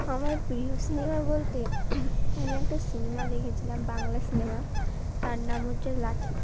আমার প্রিয় সিনেমা বলতে আমি একটা সিনেমা দেখেছিলাম বাংলা সিনেমা তার নাম হচ্ছে লাঠি